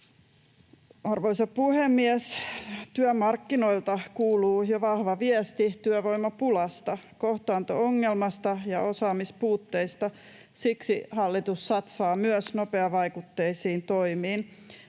Arvoisa puhemies! Työmarkkinoilta kuuluu jo vahva viesti työvoimapulasta, kohtaanto-ongelmasta ja osaamispuutteista. Siksi hallitus satsaa myös nopeavaikutteisiin toimiin.